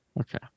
Okay